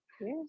Yes